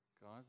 Guys